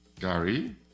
Gary